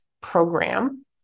program